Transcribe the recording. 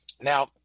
Now